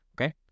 Okay